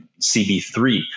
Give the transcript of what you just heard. CB3